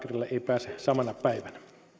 ei pääse samana päivänä